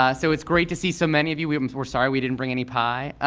ah so, it's great to see so many of you. we're we're sorry we didn't bring any pie.